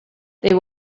they